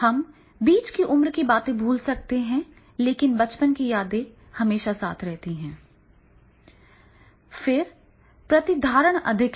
हम बीच कीउम्र भूल सकते हैं लेकिन बचपन की यादें बनी रहती हैं फिर प्रतिधारण अधिक है